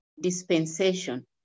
dispensation